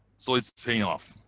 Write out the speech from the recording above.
so it's paying off.